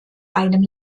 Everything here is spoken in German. einem